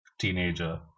teenager